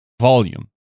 volume